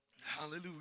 hallelujah